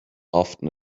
often